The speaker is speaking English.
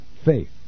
faith